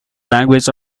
language